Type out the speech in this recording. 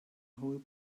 whole